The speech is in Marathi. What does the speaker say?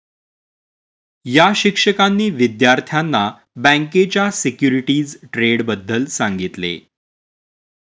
या शिक्षकांनी विद्यार्थ्यांना बँकेच्या सिक्युरिटीज ट्रेडबद्दल सांगितले